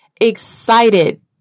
excited